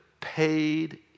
paid